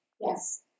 Yes